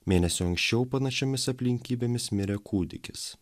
mėnesiu anksčiau panašiomis aplinkybėmis mirė kūdikis